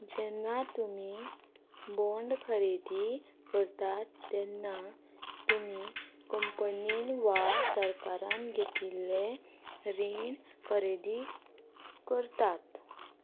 जेन्ना तुमी बोंड खरेदी करतात तेन्ना तुमी कंपनीन वा सरकारान घेतिल्लें रीण खरेदी करतात